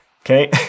Okay